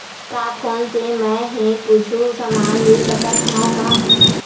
का फोन से मै हे कुछु समान ले सकत हाव का?